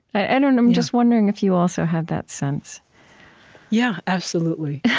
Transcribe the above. i don't know, i'm just wondering if you also have that sense yeah, absolutely.